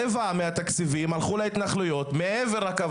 רבע מהתקציבים הלכו להתנחלויות מעבר לקו